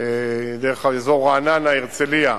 דרך אזור רעננה, הרצלייה,